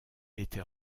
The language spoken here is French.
était